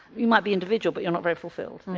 you might be individual but you're not very fulfilled.